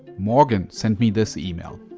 morgane sent me this email.